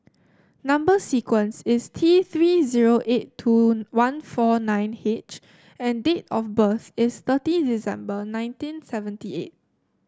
number sequence is T Three zero eight two one four nine H and date of birth is thirty December nineteen seventy eight